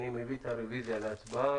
אני מביא את הרוויזיה להצבעה.